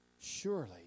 Surely